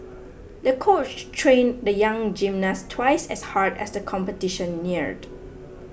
the coach trained the young gymnast twice as hard as the competition neared